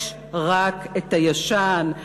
יש רק ישן.